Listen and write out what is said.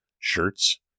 shirts